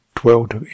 dwelt